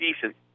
decent